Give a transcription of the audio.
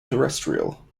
terrestrial